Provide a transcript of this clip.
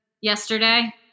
yesterday